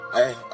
Hey